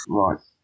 right